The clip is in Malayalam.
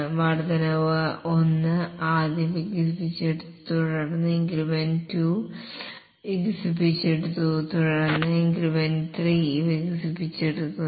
ഇൻക്രിമെന്റ് 1 ആദ്യം വികസിപ്പിച്ചെടുത്തു തുടർന്ന് ഇൻക്രിമെന്റ് 2 വികസിപ്പിച്ചെടുത്തു തുടർന്ന് ഇൻക്രിമെന്റ് 3 വികസിപ്പിച്ചെടുക്കുന്നു